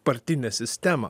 partinę sistemą